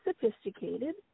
sophisticated